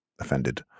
offended